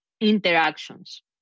interactions